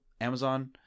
Amazon